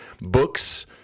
books